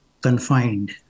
confined